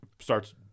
starts